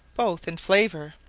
both in flavour,